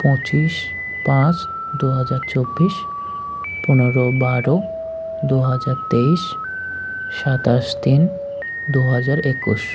পঁচিশ পাঁচ দু হাজার চব্বিশ পনেরো বারো দু হাজার তেইশ সাতাশ তিন দু হাজার একুশ